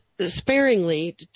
sparingly